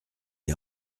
est